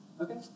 Okay